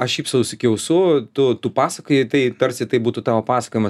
aš šypsaus iki ausų tu tu pasakoji tai tarsi tai būtų tavo pasakojimas